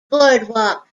boardwalk